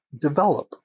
develop